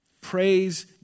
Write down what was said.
Praise